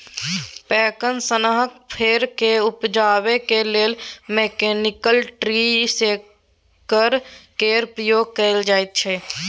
पैकन सनक फर केँ उपजेबाक लेल मैकनिकल ट्री शेकर केर प्रयोग कएल जाइत छै